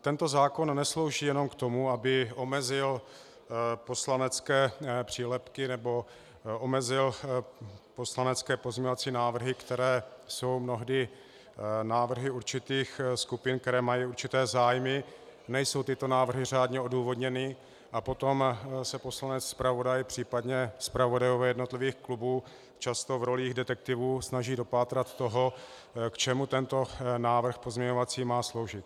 Tento zákon neslouží jenom k tomu, aby omezil poslanecké přílepky nebo omezil poslanecké pozměňovací návrhy, které jsou mnohdy návrhy určitých skupin, které mají určité zájmy, nejsou tyto návrhy řádně odůvodněny a potom se poslanec zpravodaj, případně zpravodajové jednotlivých klubů často v rolích detektivů snaží dopátrat toho, k čemu tento pozměňovací návrh má sloužit.